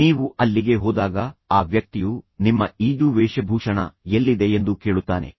ನೀವು ಅಲ್ಲಿಗೆ ಹೋದಾಗ ಆ ವ್ಯಕ್ತಿಯು ನಿಮ್ಮ ಈಜು ವೇಷಭೂಷಣ ಎಲ್ಲಿದೆ ಎಂದು ಕೇಳುತ್ತಾನೆ